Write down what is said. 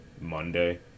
Monday